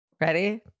Ready